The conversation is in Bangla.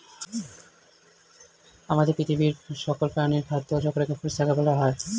আমাদের পৃথিবীর সকল প্রাণীর খাদ্য চক্রকে ফুড সার্কেল বলা হয়